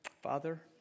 Father